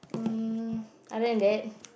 mm other than that